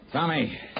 Tommy